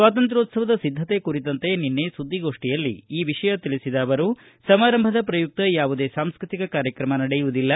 ಸ್ವಾತಂತ್ರ್ಯ್ಯೋತ್ಸವದ ಸಿದ್ದತೆ ಕುರಿತಂತೆ ನಿನ್ನೆ ಸುದ್ದಿಗೋಷ್ಠಿಯಲ್ಲಿ ಈ ವಿಷಯ ತಿಳಿಸಿದ ಅವರು ಸಮಾರಂಭದ ಪ್ರಯುಕ್ತ ಯಾವುದೇ ಸಾಂಸ್ಕೃತಿಕ ಕಾರ್ಯಕ್ತಮ ನಡೆಯುವುದಿಲ್ಲ